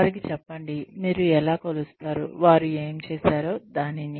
వారికి చెప్పండి మీరు ఎలా కొలుస్తారు వారు ఏమి చేసారో దానిని